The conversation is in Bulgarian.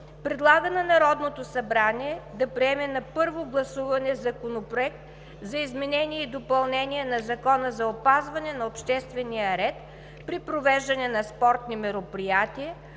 предлага на Народното събрание да приеме на първо гласуване Законопроект за изменение и допълнение на Закона за опазване на обществения ред при провеждане на спортни мероприятия,